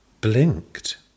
blinked